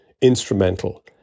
instrumental